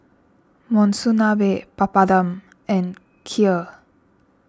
Monsunabe Papadum and Kheer